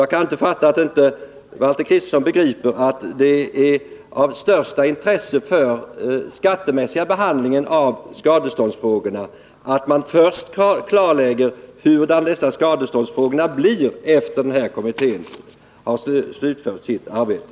Jag kan inte förstå att Valter Kristenson inte begriper att det är av största intresse för den skattemässiga behandlingen av skadeståndsfrågorna att man först klarlägger hur skadeståndsfrågorna blir efter att denna kommitté har slutfört sitt arbete.